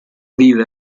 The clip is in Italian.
vive